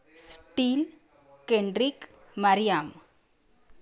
steel Kendrick Mariam